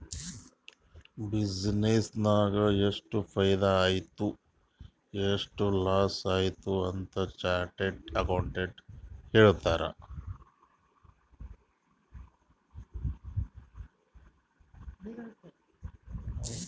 business ನಾಗ್ ಎಷ್ಟ ಫೈದಾ ಆಯ್ತು ಎಷ್ಟ ಲಾಸ್ ಆಯ್ತು ಅಂತ್ ಚಾರ್ಟರ್ಡ್ ಅಕೌಂಟೆಂಟ್ ಹೇಳ್ತಾರ್